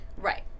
Right